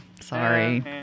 sorry